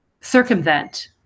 circumvent